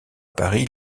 paris